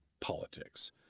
politics